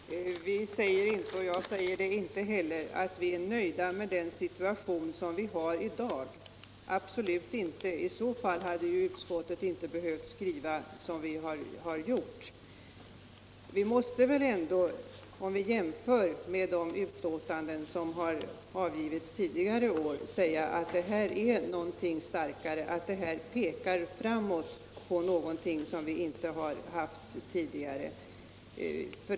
Herr talman! Vi säger inte — och jag säger det inte heller — att vi är nöjda med den situation som vi har i dag, absolut inte. I så fall hade utskottet inte behövt skriva som det har gjort. Men man måste väl ändå - om vi jämför med de betänkanden som avgivits tidigare år — säga att det här är någonting starkare, att det här: pekar framåt mot någonting som vi inte har haft tidigare.